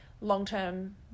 long-term